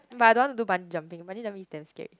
but I don't want to do bungee jumping bungee jumping is damn scary